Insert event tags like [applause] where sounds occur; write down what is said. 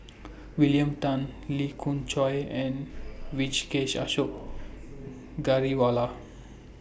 William Tan Lee Khoon Choy and [unintelligible] Ashok Ghariwala